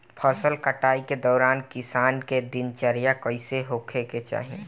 फसल कटाई के दौरान किसान क दिनचर्या कईसन होखे के चाही?